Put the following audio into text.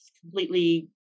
completely